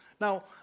Now